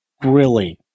grilling